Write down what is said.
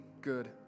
good